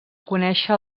conèixer